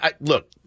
look